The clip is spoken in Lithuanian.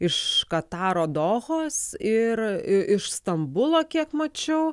iš kataro dohos ir iš stambulo kiek mačiau